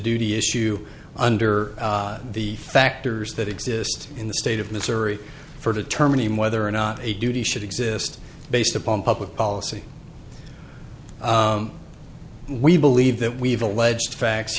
duty issue under the factors that exist in the state of missouri for determining whether or not a duty should exist based upon public policy we believe that we have alleged facts